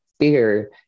Fear